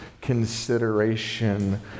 consideration